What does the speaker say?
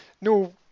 no